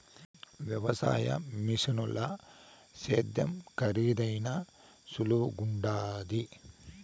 వ్యవసాయ మిషనుల సేద్యం కరీదైనా సులువుగుండాది